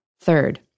Third